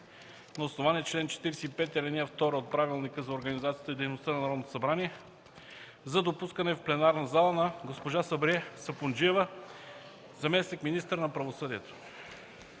на основание чл. 45, ал. 2 от Правилника за организацията и дейността на Народното събрание за допускане в пленарната зала на госпожа Сабрие Сапунджиева – заместник-министър на правосъдието.